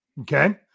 Okay